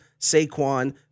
Saquon